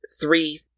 Three